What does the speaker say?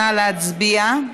נא להצביע.